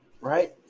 right